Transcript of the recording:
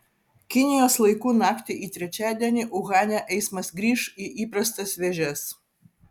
kinijos laiku naktį į trečiadienį uhane eismas grįš į įprastas vėžes